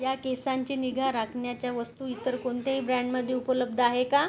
या केसांची निगा राखण्याच्या वस्तू इतर कोणत्याही ब्रँडमध्ये उपलब्ध आहे का